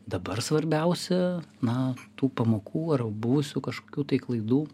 dabar svarbiausia na tų pamokų ar buvusių kažkokių tai klaidų